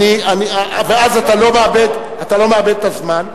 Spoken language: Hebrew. ואז אתה לא מאבד את הזמן,